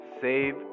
save